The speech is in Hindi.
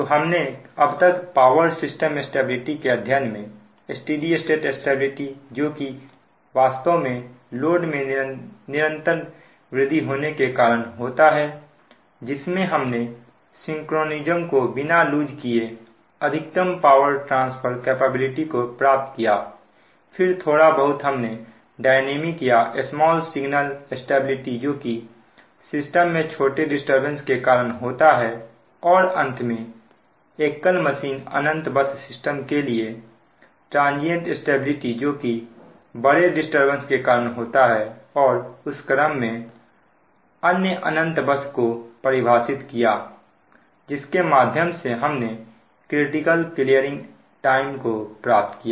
तो हमने अब तक पावर सिस्टम स्टेबिलिटी के अध्ययन में स्टेडी स्टेट स्टेबिलिटी जो कि वास्तव में लोड में निरंतर वृद्धि होने के कारण होता है जिसमें हमने सिंक्रोनीजम को बिना लूज किए अधिकतम पावर ट्रांसफर कैपेबिलिटी को प्राप्त किया फिर थोड़ा बहुत हमने डायनेमिक या स्मॉल सिगनल स्टेबिलिटी जो कि सिस्टम में छोटे डिस्टरबेंस के कारण होता है और अंत में एकल मशीन अनंत बस सिस्टम के लिए ट्रांजियंट स्टेबिलिटी जो कि बड़े डिस्टरबेंस के कारण होता है और इस क्रम में अन्य अनंत बस को परिभाषित किया था जिसके माध्यम से हमने क्रिटिकल क्लीयरिंग टाइम को प्राप्त किया